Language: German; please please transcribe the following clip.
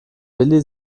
willi